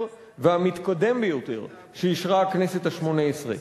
והמתקדם ביותר שאישרה הכנסת השמונה-עשרה.